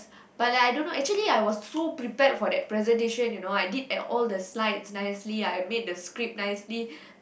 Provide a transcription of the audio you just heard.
but I don't know actually I was so prepared for that presentation you know I did all the slides nicely I made the script nicely